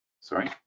Sorry